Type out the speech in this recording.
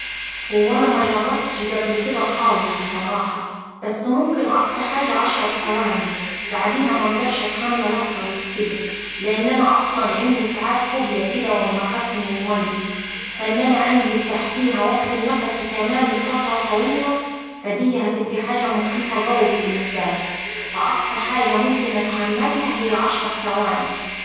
هو أنا مجربتش قبل كدا خالص بصراحة بس ممكن أقصى حاجة عشر ثواني بعديها مقدرش أتحمل أكتر من كدا لأن أنا أصلا عندي ساعات فوبيا كدا وأما أخاف من الميا، فإن أنا أنزل تحتيها وأكتم نفسي كمان لفترة طويلة فدية هتبقا حاجة مخيفة قوي بالنسبة لي فأقصى حاجة ممكن أتحملها هي عشر ثواني.